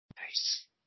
Nice